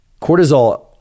cortisol